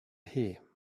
here